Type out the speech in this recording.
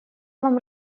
вам